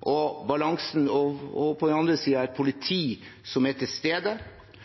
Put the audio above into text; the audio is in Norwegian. og på den andre siden et politi som er til stede,